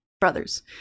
brothers